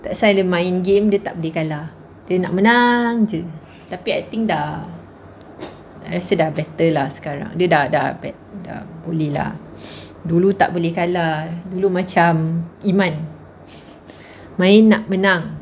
that's why dia main game dia tak boleh kalah dia nak menang jer tapi I think dah I rasa dah better lah sekarang dia dah dah dah boleh lah dulu tak boleh kalah dulu macam iman main nak menang